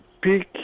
big